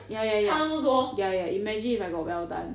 ya ya ya ya ya imagine if I got well done